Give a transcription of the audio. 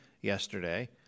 yesterday